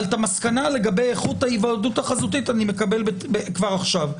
את המסקנה לגבי איכות ההיוועדות החזותית אני מקבל כבר עכשיו.